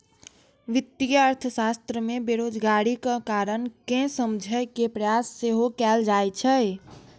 वित्तीय अर्थशास्त्र मे बेरोजगारीक कारण कें समझे के प्रयास सेहो कैल जाइ छै